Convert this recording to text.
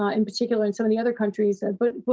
um in particular, and some of the other countries and but but